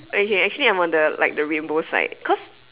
okay actually I'm on the like the rainbow side because